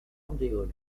andéol